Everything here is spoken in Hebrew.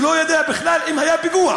שהוא לא יודע בכלל אם היה פיגוע,